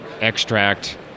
extract